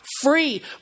free